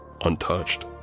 untouched